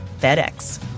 FedEx